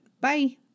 Bye